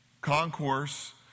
concourse